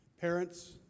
Parents